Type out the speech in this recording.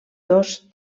dos